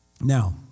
Now